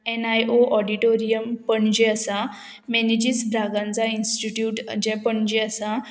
NIA auditorium Panaji आसा Menezes Braganza institute जे पणजे आसा